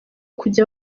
kujya